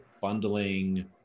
bundling